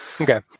Okay